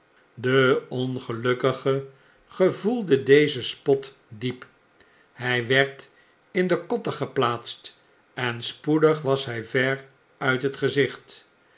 de ongelukkige gevoelde dezen spot diep hg werd in den kotter geplaatst en spoedig was hg ver uit het gezicht